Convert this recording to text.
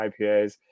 IPAs